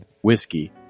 whiskey